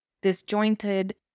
disjointed